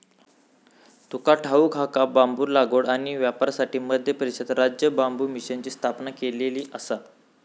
तुका ठाऊक हा काय?, बांबू लागवड आणि व्यापारासाठी मध्य प्रदेशात राज्य बांबू मिशनची स्थापना केलेली आसा